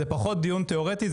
זה פחות דיון תיאורטי,